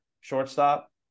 shortstop